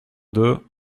deux